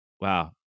Wow